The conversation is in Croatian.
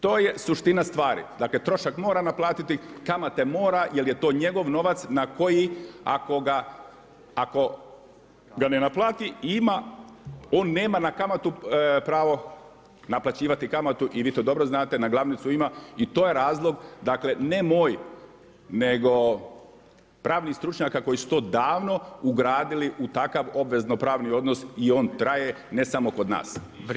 To je suština stvari, dakle trošak mora naplatiti, kamate mora, jer je to njegov novac na koji ako ga, ako ga ne naplati ima, on nema na kamatu pravo naplaćivati kamatu i vi to dobro znate, na glavnicu ima i to je razlog dakle ne moj nego pravnih stručnjaka koji su to davno ugradili u takav obvezno-pravni odnos i on traje, ne samo kod nas.